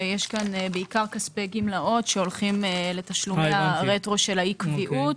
יש כאן בעיקר כספי גמלאות שהולכים לתשלומי הרטרו של אי הקביעות.